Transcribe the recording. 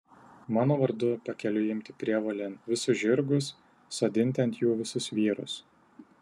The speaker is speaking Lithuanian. mano vardu pakeliui imti prievolėn visus žirgus sodinti ant jų visus vyrus